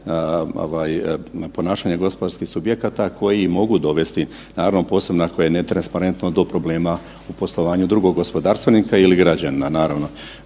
ponašanja gospodarskih subjekata koji mogu dovesti, naravno posebno ako je netransparentno do problema u poslovanju drugog gospodarstvenika ili građanina naravno.